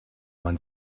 man